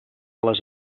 les